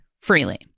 freely